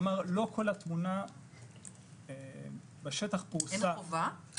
כלומר לא כל התמונה בשטח פרושה המנהל.